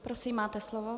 Prosím, máte slovo.